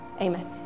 Amen